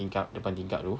tingkap depan tingkap tu